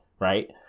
right